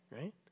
right